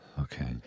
Okay